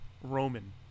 Roman